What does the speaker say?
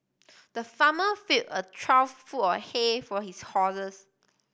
the farmer filled a trough full of hay for his horses